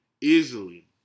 easily